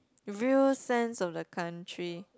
real sense of the country